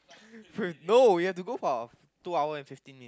no we have to go for our two hour and fifteen minute